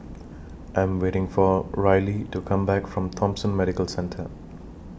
I Am waiting For Rillie to Come Back from Thomson Medical Centre